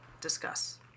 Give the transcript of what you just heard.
discuss